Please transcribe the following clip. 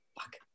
Fuck